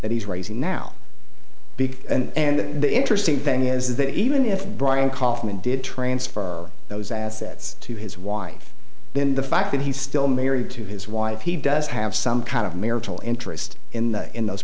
that he's raising now big and the interesting thing is that even if brian kaufman did transfer those assets to his wife then the fact that he's still married to his wife he does have some kind of marital interest in in those